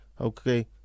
Okay